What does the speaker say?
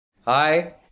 Hi